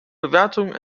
bewertung